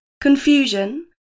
confusion